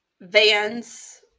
Van's